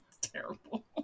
terrible